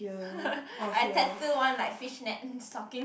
I tattoo one like fishnet stocking